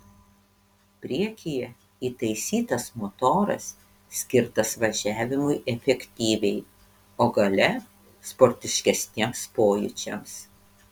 priekyje įtaisytas motoras skirtas važiavimui efektyviai o gale sportiškesniems pojūčiams